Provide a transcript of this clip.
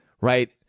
right